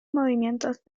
movimientos